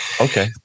Okay